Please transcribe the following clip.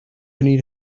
need